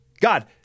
God